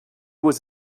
was